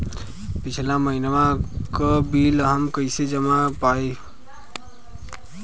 पिछला महिनवा क बिल हम कईसे जान पाइब?